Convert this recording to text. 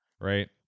Right